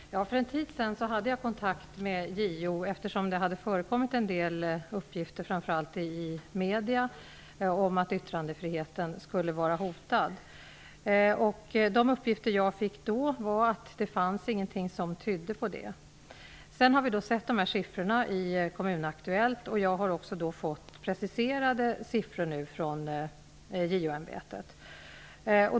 Fru talman! För en tid sedan hade jag kontakt med JO, eftersom det hade förekommit en del uppgifter framför allt i medier om att yttrandefriheten skulle vara hotad. Enligt de uppgifter som jag då fick var det ingenting som tydde på detta. Sedan har jag sett siffrorna i Kommunaktuellt och nu har jag också fått preciserade siffror från JO ämbetet.